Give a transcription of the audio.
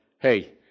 hey